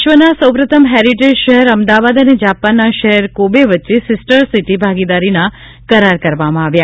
વિશ્વના સૌ પ્રથમ હેરીટેજ શહેર અમદાવાદ અને જાપાનના શહેર કોબે વચ્ચે સીસ્ટર સીટી ભાગીદારીના કરાર કરવામાં આવ્યા